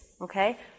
okay